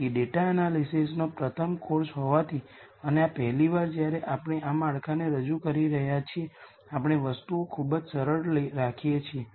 તેથી ડેટા એનાલિસિસનો પ્રથમ કોર્સ હોવાથી અને આ પહેલીવાર જ્યારે આપણે આ માળખાને રજૂ કરી રહ્યાં છીએ આપણે વસ્તુઓ ખૂબ જ સરળ રાખીએ છીએ